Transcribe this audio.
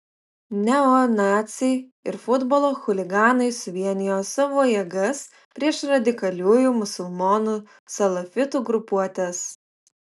neonaciai ir futbolo chuliganai suvienijo savo jėgas prieš radikaliųjų musulmonų salafitų grupuotes